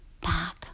back